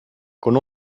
con